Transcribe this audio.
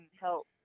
help